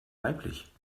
weiblich